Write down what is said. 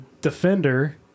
defender